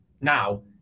Now